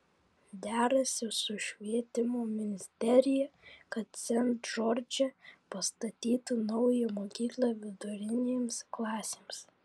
derasi su švietimo ministerija kad sent džordže pastatytų naują mokyklą vidurinėms klasėms